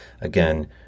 again